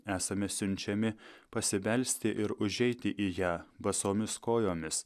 esame siunčiami pasibelsti ir užeiti į ją basomis kojomis